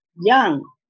young